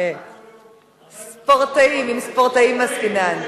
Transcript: הוא בישראל ביתנו, ספורטאים, עם ספורטאים עסקינן.